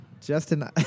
Justin